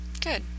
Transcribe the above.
good